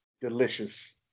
delicious